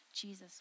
Jesus